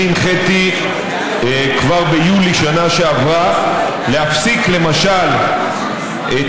אני הנחיתי כבר ביולי בשנה שעברה להפסיק למשל את